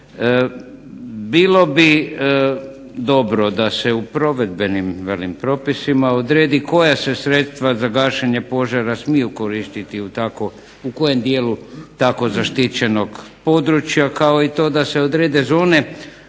Bilo bi dobro da se u provedbenim velim propisima odredi koja se sredstva za gašenje požara smiju koristiti u tako, u kojem dijelu tako zaštićenog područja kao i to da se odrede zone